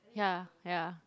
yeah yeah